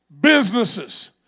businesses